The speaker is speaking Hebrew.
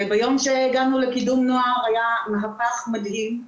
וביום שהגענו לקידום נוער היה מהפך מדהים,